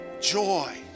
Joy